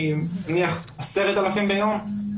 היא נניח 10,000 ביום,